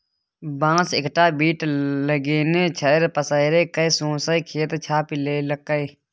बांस एकटा बीट लगेने छै पसैर कए सौंसे खेत छापि लेलकै